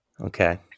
Okay